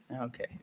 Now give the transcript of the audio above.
Okay